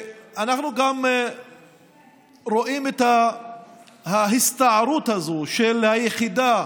אנחנו גם רואים את ההסתערות הזאת של היחידה